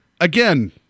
again